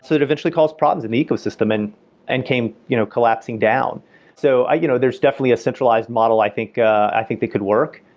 so that eventually caused problems in the ecosystem and and came you know collapsing down so you know there's definitely a centralized model i think i think that could work.